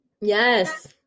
yes